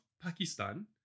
Pakistan